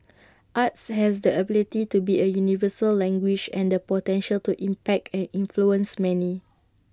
arts has the ability to be A universal language and the potential to impact and influence many